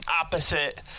opposite